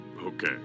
Okay